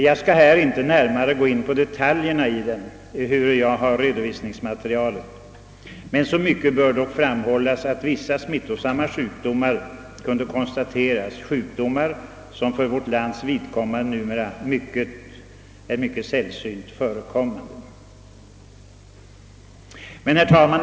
Jag skall inte närmare gå in på detaljerna i denna rapport, ehuru jag har redovisningsmaterialet, men så mycket bör framhållas att vissa smittosamma sjukdomar kunde konstateras, vilka för vårt lands vidkommande numera är mycket sällsynta.